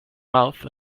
mouth